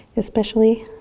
especially.